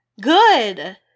good